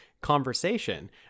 conversation